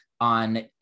on